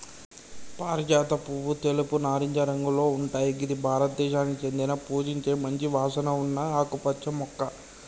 పారిజాత పువ్వు తెలుపు, నారింజ రంగులో ఉంటయ్ గిది భారతదేశానికి చెందిన పూజించే మంచి వాసన ఉన్న ఆకుపచ్చ మొక్క